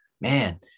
man